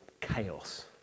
chaos